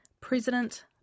President